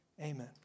Amen